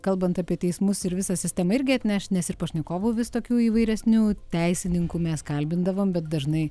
kalbant apie teismus ir visa sistema irgi atneš nes ir pašnekovų vis tokių įvairesnių teisininkų mes kalbindavom bet dažnai